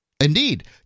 Indeed